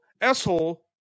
asshole